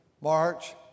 March